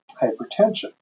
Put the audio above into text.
hypertension